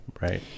Right